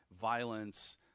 violence